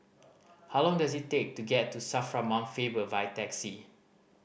how long does it take to get to SAFRA Mount Faber by taxi